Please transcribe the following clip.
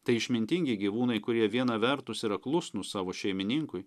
tai išmintingi gyvūnai kurie viena vertus yra klusnūs savo šeimininkui